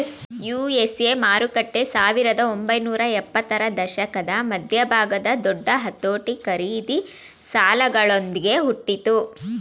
USA ಮಾರುಕಟ್ಟೆ ಸಾವಿರದ ಒಂಬೈನೂರ ಎಂಬತ್ತರ ದಶಕದ ಮಧ್ಯಭಾಗದ ದೊಡ್ಡ ಅತೋಟಿ ಖರೀದಿ ಸಾಲಗಳೊಂದ್ಗೆ ಹುಟ್ಟಿತು